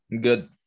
Good